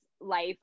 life